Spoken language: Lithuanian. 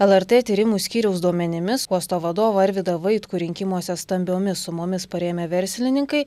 lrt tyrimų skyriaus duomenimis uosto vadovą arvydą vaitkų rinkimuose stambiomis sumomis parėmę verslininkai